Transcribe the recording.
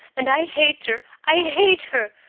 and i hate her! i hate her!